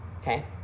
Okay